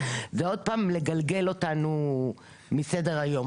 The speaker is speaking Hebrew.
יש פה איזו שאיפה לתקן עולם באופן כללי שהיא ראויה,